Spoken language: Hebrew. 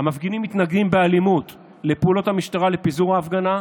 "המפגינים מתנגדים באלימות לפעולות המשטרה לפיזור ההפגנה,